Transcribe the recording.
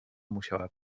musiała